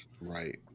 right